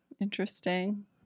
Interesting